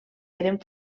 eren